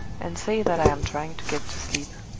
and say that i am trying to get to sleep.